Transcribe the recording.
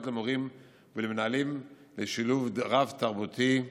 למורים ולמנהלים לשילוב רב-תרבותי מיטבי.